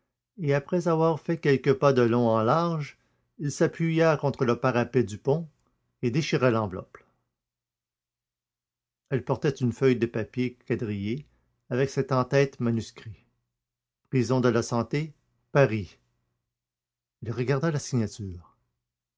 et après avoir fait quelques pas de long en large il s'appuya contre le parapet du pont et déchira l'enveloppe elle portait une feuille de papier quadrillé avec cet en tête manuscrit prison de la santé paris il regarda la signature